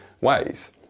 ways